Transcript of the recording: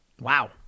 Wow